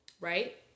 right